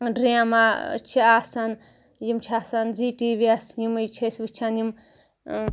drama چھِ آسان یم چھِ آسان زی ٹی وِی یَس یِمٕے چھِ أسۍ وٕچھان یم